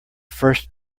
first